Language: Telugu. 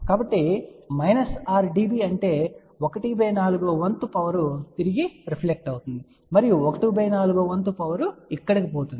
కాబట్టి 6 dB అనగా ¼ వంతు పవర్ తిరిగి రిఫ్లెక్ట్ అవుతుంది మరియు ¼ వంతు పవర్ ఇక్కడకు పోతోంది